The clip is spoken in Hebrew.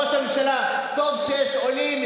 ואז כשהגיעה הצעת החוק הזאת לשלבים הסופיים